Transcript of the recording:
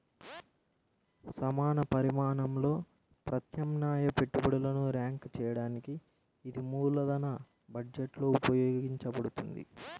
సమాన పరిమాణంలో ప్రత్యామ్నాయ పెట్టుబడులను ర్యాంక్ చేయడానికి ఇది మూలధన బడ్జెట్లో ఉపయోగించబడుతుంది